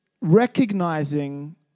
recognizing